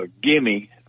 gimme